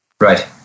Right